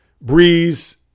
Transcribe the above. Breeze